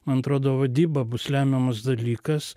man atrodo vadyba bus lemiamas dalykas